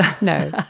No